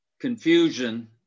confusion